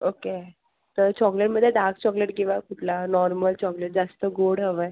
okay तर चॉकलेटमध्ये dark chocolate किंवा कुठला नॉर्मल चॉकलेट जास्त गोड हवा आहे